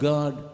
God